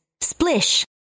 Splish